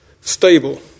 stable